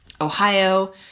Ohio